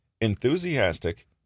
Enthusiastic